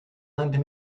lend